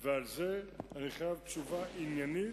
ועל זה אני חייב תשובה עניינית,